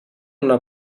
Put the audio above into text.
una